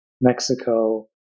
Mexico